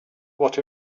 what